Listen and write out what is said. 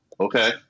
Okay